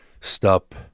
stop